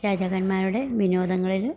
രാജാക്കന്മാരുടെ വിനോദങ്ങളില്